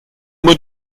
mot